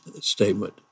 statement